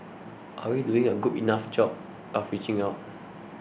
are we doing a good enough job of reaching out